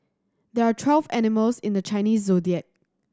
there are twelve animals in the Chinese Zodiac